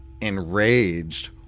enraged